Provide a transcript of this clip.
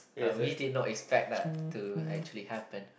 already not expect that to actually happen